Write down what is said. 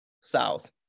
South